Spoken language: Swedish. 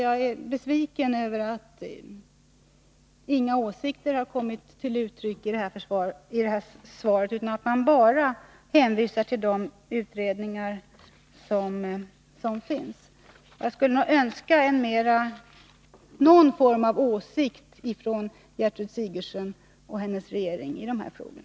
Jag är besviken över att inga åsikter har kommit till uttryck i svaret, utan att statsrådet bara hänvisar till de utredningar som pågår. Jag skulle önska att det uttalades någon form av åsikt i dessa frågor från Gertrud Sigurdsen och den regering hon tillhör.